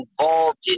involved